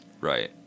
Right